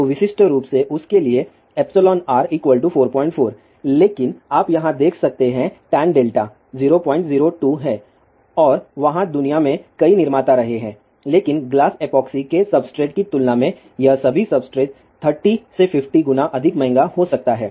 तो विशिष्ट रूप से उसके लिए εr 44लेकिन आप यहाँ देख सकते हैं टैन डेल्टा 002 है और वहाँ दुनिया में कई निर्माता रहे हैं लेकिन ग्लास एपॉक्सी के सब्सट्रेट की तुलना यह सभी सब्सट्रेट 30 से 50 गुना अधिक महंगा हो सकता है